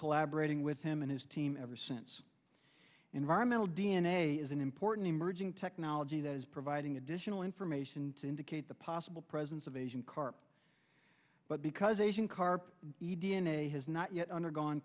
collaborating with him and his team ever since environmental d n a is an important emerging technology that is providing additional information to indicate the possible presence of asian carp but because asian carp e d n a has not yet undergo